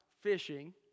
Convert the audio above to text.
fishing